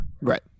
Right